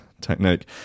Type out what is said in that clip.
technique